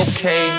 Okay